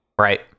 right